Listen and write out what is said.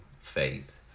faith